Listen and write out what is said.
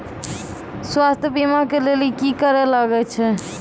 स्वास्थ्य बीमा के लेली की करे लागे छै?